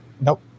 Nope